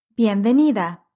Bienvenida